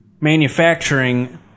manufacturing